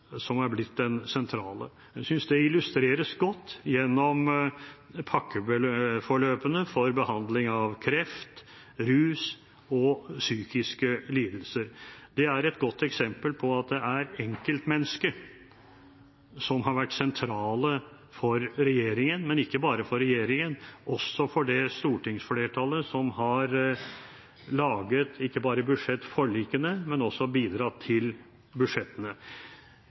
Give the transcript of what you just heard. pasienten er blitt den sentrale. Jeg synes det illustreres godt gjennom pakkeforløpene for behandling av kreft, rus og psykiske lidelser. Det er et godt eksempel på at det er enkeltmennesket som har vært det sentrale for regjeringen – men ikke bare for regjeringen, også for det stortingsflertallet som har laget ikke bare budsjettforlikene, men også bidratt til budsjettene.